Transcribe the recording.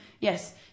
yes